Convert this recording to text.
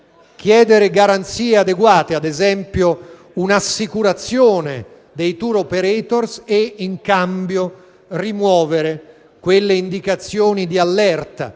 chiedere garanzie adeguate come, ad esempio, un'assicurazione dei *tour* *operator* e, in cambio, rimuovere quelle indicazioni di allerta,